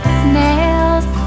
snails